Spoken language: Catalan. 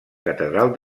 catedral